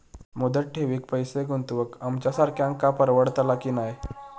मुदत ठेवीत पैसे गुंतवक आमच्यासारख्यांका परवडतला की नाय?